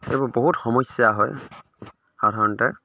এইবোৰ বহুত সমস্যা হয় সাধাৰণতে